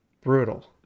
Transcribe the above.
Brutal